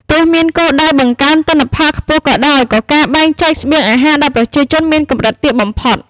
ទោះមានគោលដៅបង្កើនទិន្នផលខ្ពស់ក៏ដោយ ក៏ការបែងចែកស្បៀងអាហារដល់ប្រជាជនមានកម្រិតទាបបំផុត ។